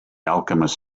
alchemist